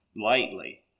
lightly